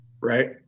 right